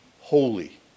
holy